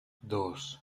dos